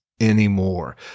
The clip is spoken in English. anymore